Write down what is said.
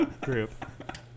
group